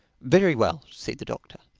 very well, said the doctor,